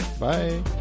Bye